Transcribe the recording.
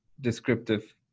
descriptive